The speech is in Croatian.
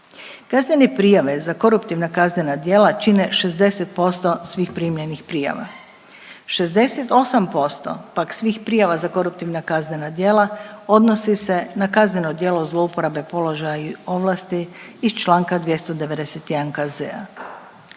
Kaznene prijave za koruptivna kaznena djela čine 60% svih primljenih prijava. 68% pak svih prijava za koruptivna kaznena djela odnosi se na kazneno djelo zlouporabe položaja i ovlasti iz čl. 291. KZ-a.